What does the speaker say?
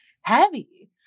heavy